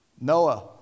Noah